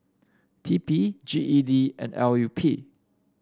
T P G E D and L U P